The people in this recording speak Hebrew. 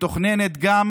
מתוכננת גם